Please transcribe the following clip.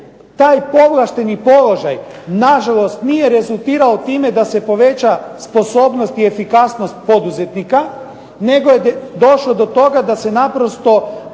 Taj povlašteni položaj na žalost nije rezultirao time da se poveća sposobnost i efikasnost poduzetnika, nego je došlo do toga da se naprosto